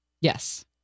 Yes